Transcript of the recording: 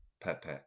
Pepe